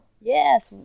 yes